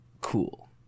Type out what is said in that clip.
cool